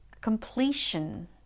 completion